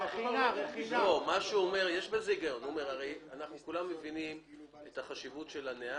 אנחנו כולנו מבינים את החשיבות של הזמן.